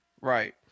Right